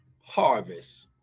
harvest